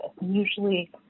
Usually